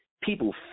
people